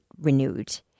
renewed